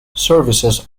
services